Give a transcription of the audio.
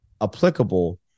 applicable